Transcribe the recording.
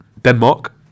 Denmark